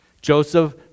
Joseph